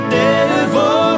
devil